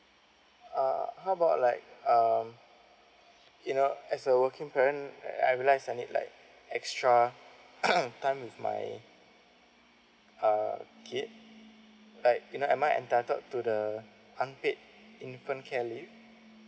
uh how about like um you know as a working parent I realize I need like extra time with my uh kid like you know am I entitled to the unpaid infant care leave